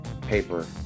paper